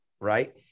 Right